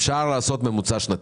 אפשר לעשות ממוצע שנתי.